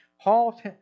Paul